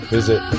Visit